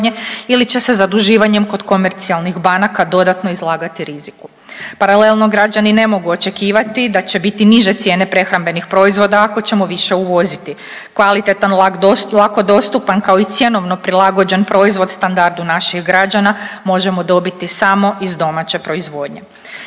ili će se zaduživanjem kod komercijalnih banaka dodatno izlagati riziku. Paralelno građani ne mogu očekivati da će biti niže cijene prehrambenih proizvoda ako ćemo više uvoziti, kvalitetan lako dostupan, kao i cjenovno prilagođen proizvod standardu naših građana možemo dobiti samo iz domaće proizvodnje.